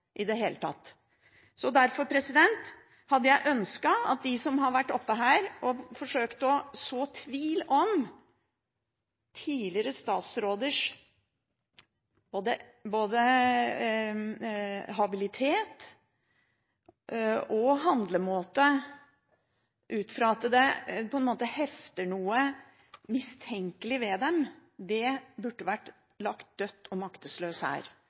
i det hele tatt. Derfor hadde jeg ønsket at påstandene fra dem som har vært oppe her og forsøkt å så tvil om tidligere statsråders habilitet og handlemåte – ut fra at det på en måte hefter noe mistenkelig ved dem – hadde vært kjent døde og maktesløse. At man er politisk dundrende uenig i det